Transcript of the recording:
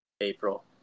April